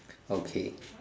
okay